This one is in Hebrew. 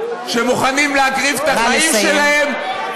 שמוכנים להקריב את החיים שלהם,